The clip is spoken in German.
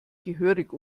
gehörig